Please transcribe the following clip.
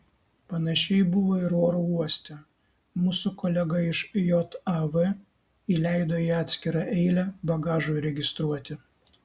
panašiai buvo ir oro uoste mus su kolega iš jav įleido į atskirą eilę bagažui registruoti